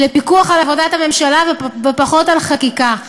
בפיקוח על עבודת הממשלה ופחות בחקיקה.